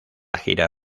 gira